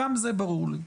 גם זה ברור לי.